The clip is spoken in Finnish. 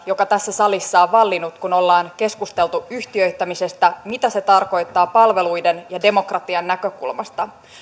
joka tässä salissa on vallinnut kun ollaan keskusteltu yhtiöittämisestä siitä mitä se tarkoittaa palveluiden ja demokratian näkökulmasta